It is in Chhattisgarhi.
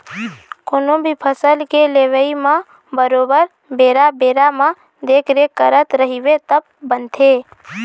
कोनो भी फसल के लेवई म बरोबर बेरा बेरा म देखरेख करत रहिबे तब बनथे